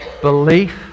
belief